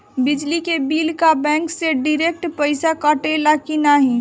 बिजली के बिल का बैंक से डिरेक्ट पइसा कटेला की नाहीं?